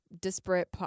disparate